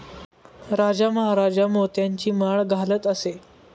राजा महाराजा मोत्यांची माळ घालत असे